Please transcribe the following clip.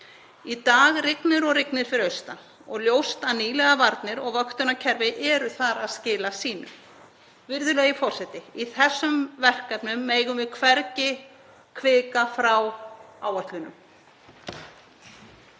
Í dag rignir og rignir fyrir austan og ljóst að nýlega varnir og vöktunarkerfi eru þar að skila sínu. Virðulegi forseti. Í þessum verkefnum megum við hvergi hvika frá áætlunum.